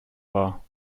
war